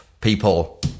people